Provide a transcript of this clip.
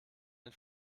den